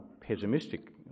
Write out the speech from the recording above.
pessimistic